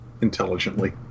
intelligently